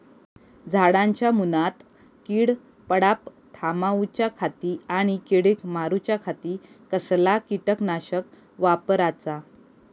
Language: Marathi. झाडांच्या मूनात कीड पडाप थामाउच्या खाती आणि किडीक मारूच्याखाती कसला किटकनाशक वापराचा?